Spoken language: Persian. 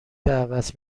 دعوت